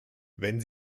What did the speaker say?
wenn